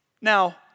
Now